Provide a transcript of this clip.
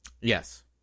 Yes